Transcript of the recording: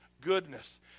goodness